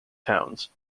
towns